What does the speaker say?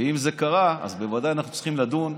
ואם זה קרה, אז בוודאי אנחנו צריכים לדון.